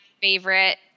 favorite